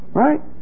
right